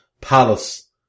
Palace